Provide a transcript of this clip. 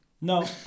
No